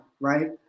right